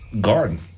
Garden